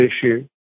issue